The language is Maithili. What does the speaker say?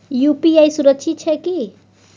यु.पी.आई सुरक्षित छै की?